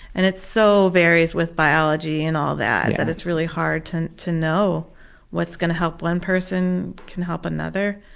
and it so varies with biology and all that, that it's really hard to to know what's gonna help one person, can help another,